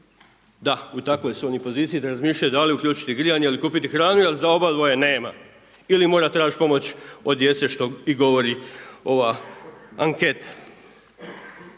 Da, u takvoj su oni poziciji da razmišljaju da li uključiti grijanje ili kupiti hranu jer za obadvoje nema. Ili mora tražiti pomoć od djece što i govori ova anketa.